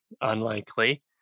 Unlikely